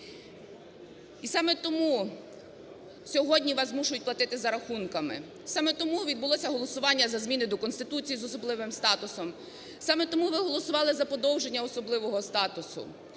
І саме тому сьогодні вас змушують платити за рахунками, саме тому відбулося голосування за зміни до Конституції з особливим статусом, саме тому ви голосували за подовження особливого статусу,